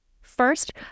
First